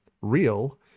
Real